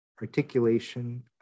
articulation